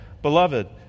Beloved